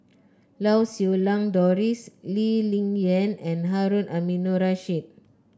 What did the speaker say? Lau Siew Lang Doris Lee Ling Yen and Harun Aminurrashid